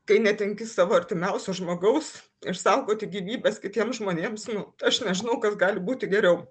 kai netenki savo artimiausio žmogaus išsaugoti gyvybes kitiems žmonėms nu aš nežinau kas gali būti geriau